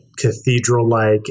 cathedral-like